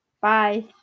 bye